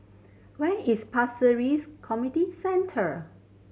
where is Pasir Ris Community Center